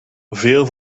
veel